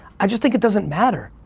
i just think it doesn't matter.